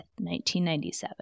1997